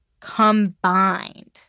combined